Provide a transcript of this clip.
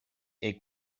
est